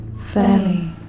Fairly